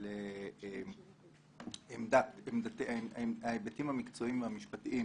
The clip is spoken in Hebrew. להיבטים המקצועיים והמשפטים